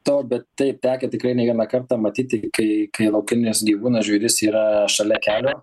to bet taip tekę tikrai ne vieną kartą matyti kai kai laukinis gyvūnas žvėris yra šalia kelio